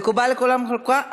מקובל על כולם חוקה?